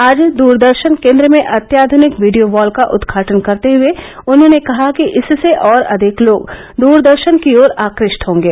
आज दूरदर्शन केन्द्र में अत्याधूनिक वीडियो वॉल का उदघाटन करते हुए उन्होंने कहा कि इससे और अधिक लोग द्रदर्शन की ओर आकृष्ट होंगे